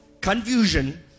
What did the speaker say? confusion